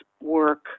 work